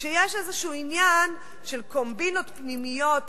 כשיש איזשהו עניין של קומבינות פנימיות,